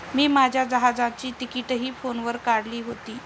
मी माझ्या जहाजाची तिकिटंही फोनवर काढली होती